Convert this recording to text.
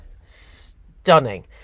stunning